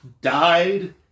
died